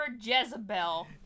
Jezebel